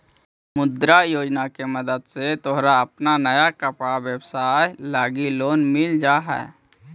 मुद्रा योजना के मदद से तोहर अपन नया कपड़ा के व्यवसाए लगी लोन मिल जा हई